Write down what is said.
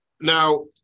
Now